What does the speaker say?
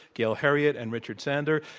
gail heriot and richard sander.